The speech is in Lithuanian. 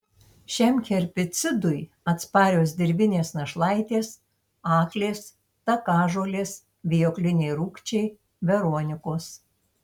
šiam herbicidui atsparios dirvinės našlaitės aklės takažolės vijokliniai rūgčiai veronikos